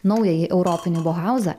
naująjį europinį bohauzą